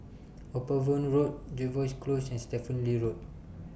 Upavon Road Jervois Close and Stephen Lee Road